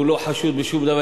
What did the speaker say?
הוא לא חשוד בשום דבר,